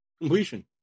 completion